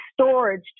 storage